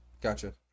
Gotcha